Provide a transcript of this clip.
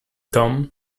tom